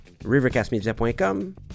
rivercastmedia.com